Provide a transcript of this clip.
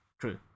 True